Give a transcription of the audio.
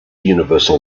universal